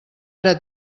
ara